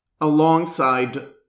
Alongside